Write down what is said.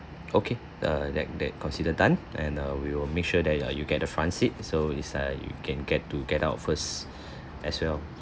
okay err that that considered done and err we will make sure that uh you get the front seat so it's like you can get to get out first as well